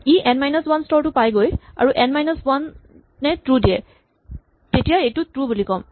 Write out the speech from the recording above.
ই n minus one স্তৰটো পাইগৈ আৰু এন মাইনাচ ৱান এ ট্ৰো দিয়ে তেতিয়া এইটো ট্ৰো বুলি ক'ম